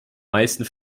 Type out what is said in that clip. meisten